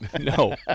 No